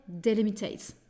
delimitates